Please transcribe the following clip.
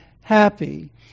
happy